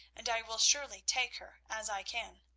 and i will surely take her as i can.